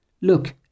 Look